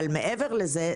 מעבר לזה,